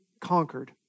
conquered